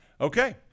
okay